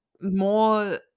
more